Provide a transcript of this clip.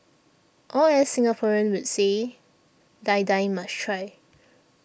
or as Singaporeans would say Die Die must try